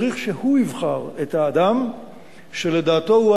צריך שהוא יבחר את האדם שלדעתו הוא